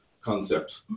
concept